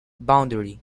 boundary